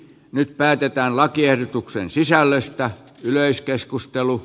nyt päätetään lakiehdotuksen sisällöstä yleiskeskustelu